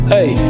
Hey